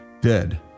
dead